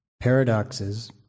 paradoxes